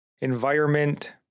environment